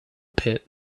pit